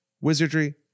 wizardry